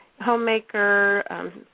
homemaker